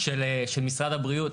-- של משרד הבריאות.